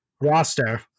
roster